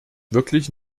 wirklich